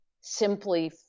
simply